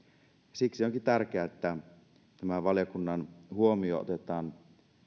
siksi onkin tärkeää että tämä valiokunnan huomio otetaan